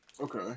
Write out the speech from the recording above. Okay